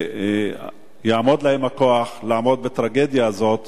שיעמוד להם הכוח לעמוד בטרגדיה הזאת.